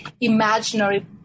imaginary